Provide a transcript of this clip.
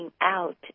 out